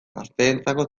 gazteentzako